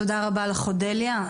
תודה רבה לך אודליה.